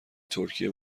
ترکیه